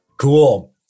Cool